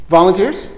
Volunteers